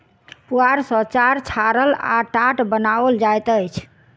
पुआर सॅ चार छाड़ल आ टाट बनाओल जाइत अछि